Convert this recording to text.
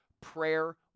prayer